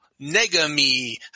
Negami